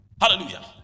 hallelujah